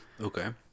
Okay